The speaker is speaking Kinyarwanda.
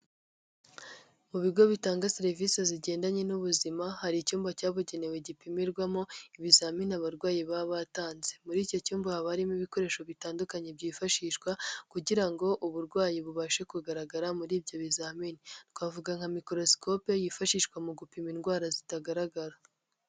Mu bigo bitanga serivisi zigendanye n'ubuzima hari icyumba cyabugenewe gipimirwamo ibizamini abarwayi baba batanze muri icyo cyumba ha bari harimo ibikoresho bitandukanye byifashishwa kugira ngo uburwayi bubashe kugaragara muri ibyo bizamini twavuga nka microskope yifashishwa mu gupima indwara zitagaragara.